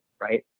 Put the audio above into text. Right